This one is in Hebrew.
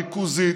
ריכוזית,